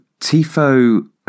Tifo